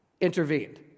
intervened